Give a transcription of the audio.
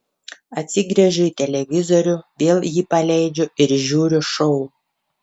atsigręžiu į televizorių vėl jį paleidžiu ir žiūriu šou